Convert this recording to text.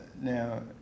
now